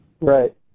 Right